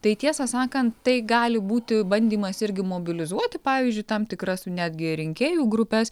tai tiesą sakant tai gali būti bandymas irgi mobilizuoti pavyzdžiui tam tikras netgi rinkėjų grupes